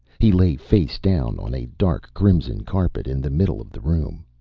he lay face down on a dark crimson carpet in the middle of the room.